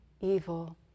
evil